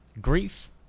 Grief